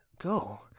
go